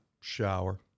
Shower